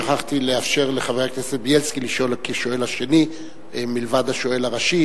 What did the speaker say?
שכחתי לאפשר לחבר הכנסת בילסקי לשאול כשואל השני מלבד השואל הראשי,